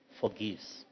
forgives